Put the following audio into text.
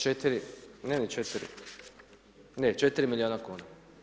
4, ne ni 4, ne, 4 milijuna kuna.